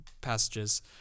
passages